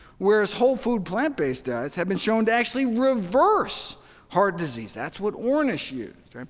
whereas, whole food, plant based diets have been shown to actually reverse heart disease that's what ornish used.